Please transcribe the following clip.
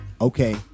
Okay